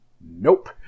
nope